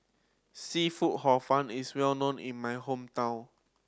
seafood Hor Fun is well known in my hometown